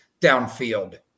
downfield